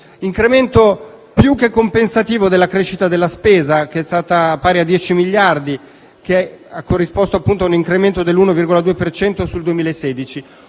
incremento più che compensativo della crescita della spesa, che è stata pari a 10 miliardi, che ha corrisposto a un incremento dell'1,2 per cento